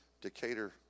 Decatur